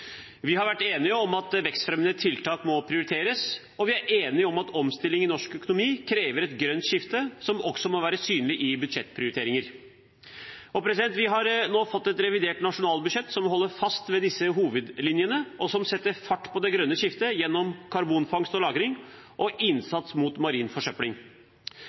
Vi har vært enige om at vekstfremmende tiltak må prioriteres, og vi er enige om at omstillingen i norsk økonomi krever et grønt skifte, som også må være synlig i budsjettprioriteringer. Vi har nå fått et revidert nasjonalbudsjett som holder fast ved disse hovedlinjene, og som setter fart på det grønne skiftet gjennom karbonfangst og -lagring og gjennom innsats mot marin forsøpling.